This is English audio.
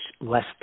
less